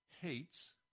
hates